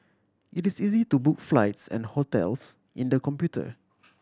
it is easy to book flights and hotels in the computer